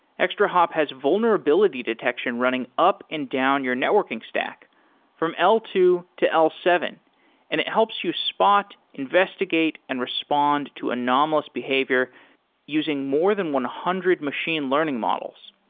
extrahop has vulnerability detection running up and down your networking stock from l two to l seven and it helps you spot, investigate and respond to anomalous behavior using more than one hundred machine learning models.